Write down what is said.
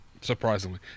surprisingly